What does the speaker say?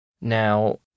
Now